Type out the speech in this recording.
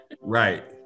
Right